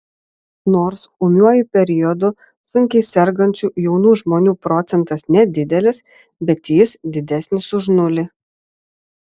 nors ūmiuoju periodu sunkiai sergančių jaunų žmonių procentas nedidelis bet jis didesnis už nulį